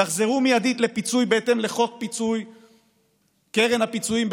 תחזרו מיידית לפיצוי בהתאם לחוק מס רכוש וקרן הפיצויים.